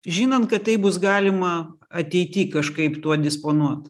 žinant kad tai bus galima ateity kažkaip tuo disponuot